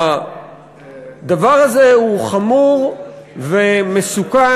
הדבר הזה הוא חמור ומסוכן